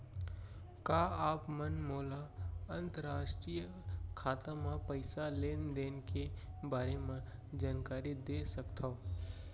का आप मन मोला अंतरराष्ट्रीय खाता म पइसा लेन देन के बारे म जानकारी दे सकथव?